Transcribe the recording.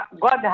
God